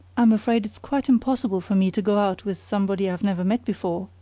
i'm afraid it's quite impossible for me to go out with somebody i have never met before,